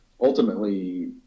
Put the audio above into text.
ultimately